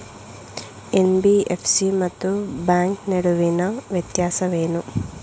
NBFC ಮತ್ತು bank ನಡುವಿನ ವ್ಯತ್ಯಾಸವೇನು?